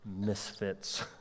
misfits